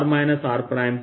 r r